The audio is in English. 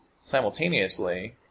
Simultaneously